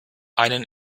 einen